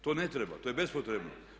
To ne treba, to je bespotrebno.